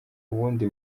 ubundi